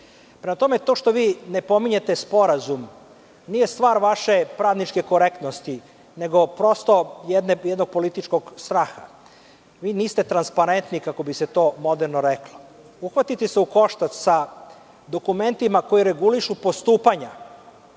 tome, to što vi ne pominjete sporazum nije stvar vaše pravničke korektnosti, nego prosto jednog političkog straha. Vi niste transparentni kako bi se to moderno reklo. Uhvatite se u koštac sa dokumentima koji regulišu postupanja.